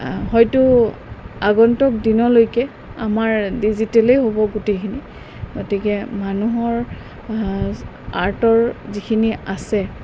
হয়তো আগন্তক দিনলৈকে আমাৰ ডিজিটেলেই হ'ব গোটেইখিনি গতিকে মানুহৰ আৰ্টৰ যিখিনি আছে